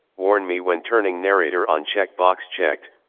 warn me when turning narrator on, check box checked,